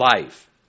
life